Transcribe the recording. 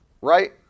right